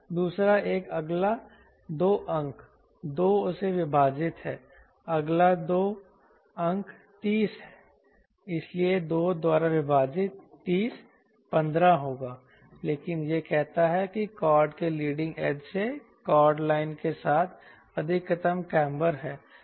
दूसरा एक अगला 2 अंक 2 से विभाजित है अगला 2 अंक 30 है इसलिए 2 द्वारा विभाजित 30 15 होगा लेकिन यह कहता है कि कॉर्ड के लीडिंग एज से कॉर्ड लाइन के साथ अधिकतम कॉम्बर है